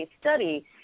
study